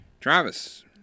Travis